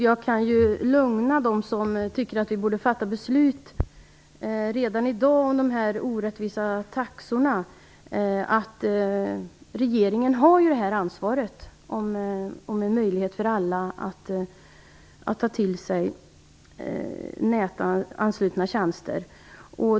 Jag kan lugna dem som anser att vi borde fatta beslut redan i dag om de orättvisa taxorna. Regeringen har ansvaret för att alla skall ha möjlighet att ta till sig nätanslutna tjänster.